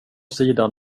sidan